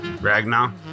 Ragnar